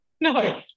No